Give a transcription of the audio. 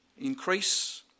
increase